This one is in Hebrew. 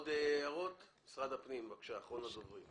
משרד הפנים, אחרון הדוברים.